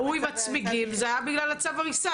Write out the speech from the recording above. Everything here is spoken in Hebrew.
ההוא עם הצמיגים זה היה בגלל צו הריסה,